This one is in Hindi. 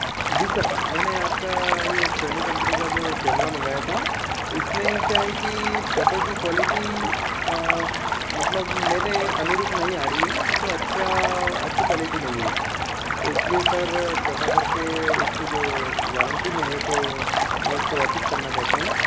जी सर मैंने आपका ये सोनी कम्पनी का जो कैमरा मंगया था इसमें क्या है कि फोटो की क्वॉलिटी मतलब मेरे अनरूप नहीं आ रही है मतलब अच्छा अच्छी क्वालिटी नहीं है तो इसलिए सर कृपा करके इसकी जो वारंटी में है तो मैं इसको वापस करना चाहत हूँ